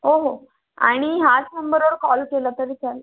हो हो आणि ह्याच नंबरवर कॉल केला तरी चालेल